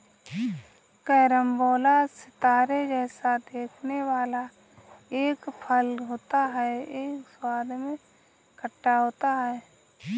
carambola सितारे जैसा दिखने वाला एक फल होता है यह स्वाद में खट्टा होता है